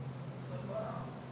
כלכליים.